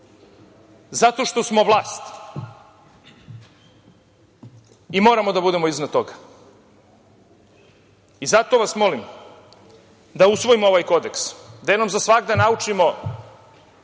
Zato što smo vlast i moramo da budemo iznad toga. Zato vas molim da usvojimo ovaj kodeks. Da jednom za svagda naučimo